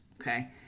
Okay